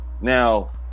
now